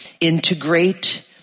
integrate